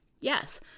Yes